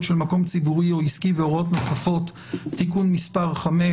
של מקום ציבורי או עסקי והוראות נוספות) (תיקון מס' 5),